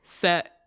set